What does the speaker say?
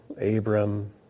Abram